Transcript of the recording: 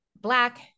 Black